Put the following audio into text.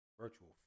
virtual